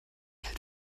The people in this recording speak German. hält